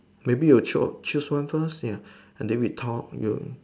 maybe you choose choose one first ya and then we talk you